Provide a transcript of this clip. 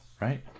Right